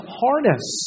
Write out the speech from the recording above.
harness